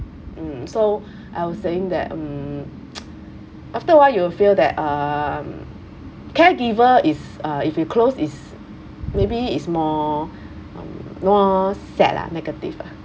mm so I was saying that mm after a while you will feel that um caregiver is uh if you close is maybe is more um more sad lah negative ah